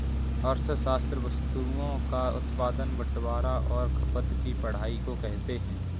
अर्थशास्त्र वस्तुओं का उत्पादन बटवारां और खपत की पढ़ाई को कहते हैं